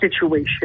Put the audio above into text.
situation